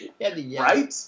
right